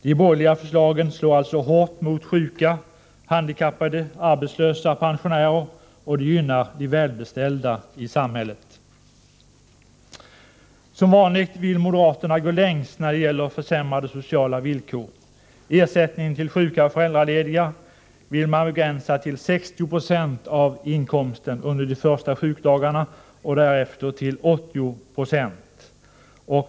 De borgerliga förslagen slår alltså hårt mot sjuka, handikappade, arbetslösa och pensionärer, och de gynnar de välbeställda i samhället. Som vanligt vill moderaterna gå längst när det gäller försämrade sociala villkor. Ersättningen till sjuka och föräldralediga vill man begränsa till 60 96 av inkomsten under de första sjukdagarna och därefter till 80 20.